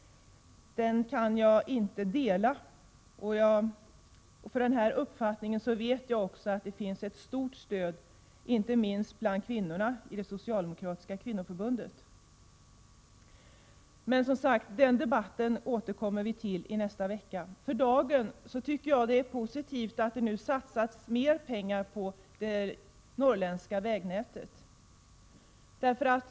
Jag vet att den inställning som jag Prot. 1987/88:123 omfattar i dessa frågor har ett stort stöd, inte minst bland kvinnorna i det 19 maj 1988 socialdemokratiska kvinnoförbundet. Men, som sagt, den debatten återkommer vi till nästa vecka. För dagen tycker jag att det är positivt att det nu satsas mer péngar på det norrländska vägnätet.